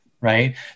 right